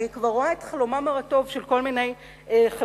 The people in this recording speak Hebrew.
אני כבר רואה את חלומם הרטוב של כל מיני מפיקים,